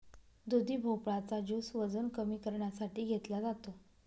दुधी भोपळा चा ज्युस वजन कमी करण्यासाठी घेतला जातो